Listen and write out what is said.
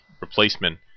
replacement